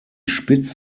spitz